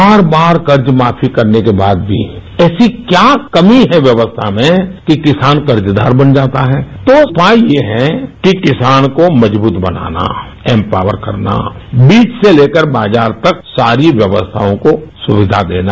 बार बार कर्ज माफी करने के बाद भी ऐसी क्या कमी है व्यवस्था में कि किसान कर्जदार बन जाता है तो उपाय ये है कि किसान को मजबूत बनाना एम्पॉवर करना बीज से लेकर बाजार तक सारी व्यवस्थाओं को सुविधा देना